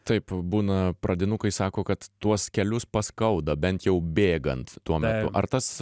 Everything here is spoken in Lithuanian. taip būna pradinukai sako kad tuos kelius paskauda bent jau bėgant tuo metu ar tas